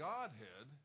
Godhead